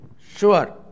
sure